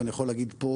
ואני יכול להגיד פה,